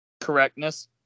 correctness